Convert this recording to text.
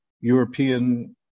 European